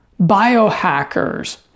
biohackers